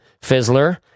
Fizzler